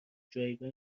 جایگاه